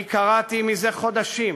אני קראתי מזה חודשים